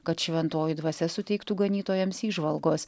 kad šventoji dvasia suteiktų ganytojams įžvalgos